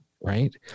right